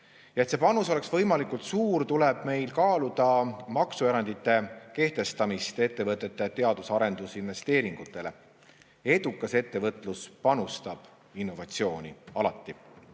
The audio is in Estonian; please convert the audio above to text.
Ja et see panus oleks võimalikult suur, tuleb meil kaaluda maksuerandite kehtestamist ettevõtete teadus‑ ja arendusinvesteeringutele. Edukas ettevõtlus panustab innovatsiooni alati.